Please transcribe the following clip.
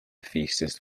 thesis